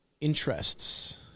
interests